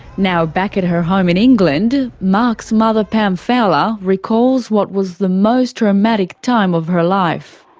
now back at her home in england, mark's mother pam fowler recalls what was the most traumatic time of her life.